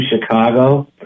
Chicago